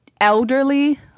elderly